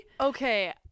Okay